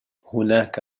هناك